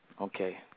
Okay